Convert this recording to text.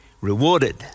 rewarded